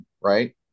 right